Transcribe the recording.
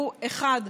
הוא אחד,